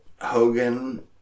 Hogan